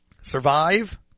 Survive